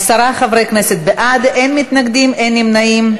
עשרה חברי כנסת בעד, אין מתנגדים, אין נמנעים.